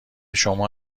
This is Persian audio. شما